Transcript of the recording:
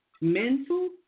mental